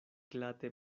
glate